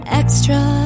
extra